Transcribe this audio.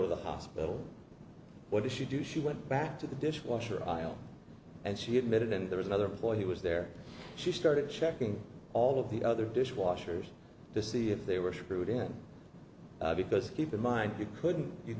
to the hospital what did she do she went back to the dishwasher aisle and she admitted and there was another boy he was there she started checking all the other dishwashers to see if they were screwed in because keep in mind you couldn't you